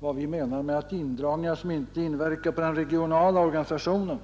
vad vi menar med indragningar som inte inverkar på den regionala organisationen.